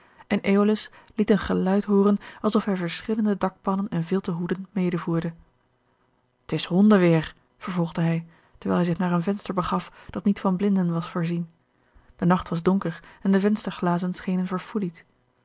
en eolus liet een geluid hooren alsof hij verschillende dakpannen en vilten hoeden medevoerde t is hondenweêr vervolgde hij terwijl hij zich naar een venster begaf dat niet van blinden was voorzien de nacht was donker en de vensterglazen schenen